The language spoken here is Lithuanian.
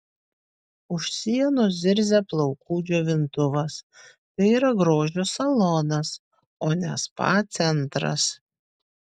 už sienos zirzia plaukų džiovintuvas tai yra grožio salonas o ne spa centras